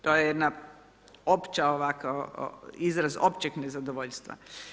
To je jedna opća ovako, izraz općeg nezadovoljstva.